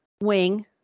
wing